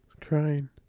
crying